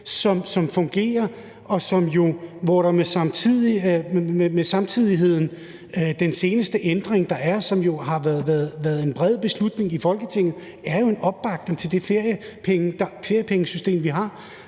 som fungerer, og hvor der med samtidigheden i den seneste ændring, der har været, og som har været en bred beslutning i Folketinget, jo er en opbakning til det feriepengesystem, vi har,